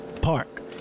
park